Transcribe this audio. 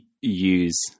use